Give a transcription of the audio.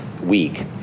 week